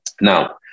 Now